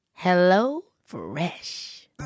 HelloFresh